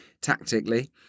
tactically